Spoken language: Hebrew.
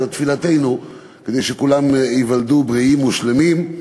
זאת תפילתנו, כדי שכולם ייוולדו בריאים ושלמים.